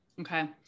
Okay